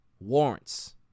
Warrants